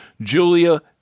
Julia